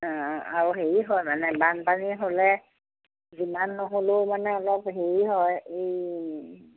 অঁ আৰু হেৰি হয় মানে বানপানী হ'লে যিমান নহ'লেও মানে অলপ হেৰি হয় এই